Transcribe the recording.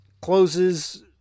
closes